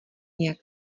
nějak